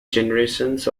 generations